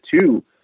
two